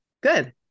Good